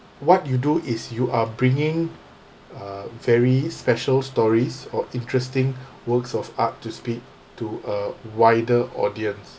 what you do is you are bringing uh very special stories or interesting works of art to speak to a wider audience